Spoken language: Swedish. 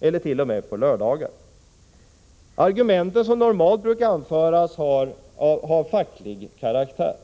eller t.o.m. till lördagar. De argument som normalt brukar anföras har facklig karaktär.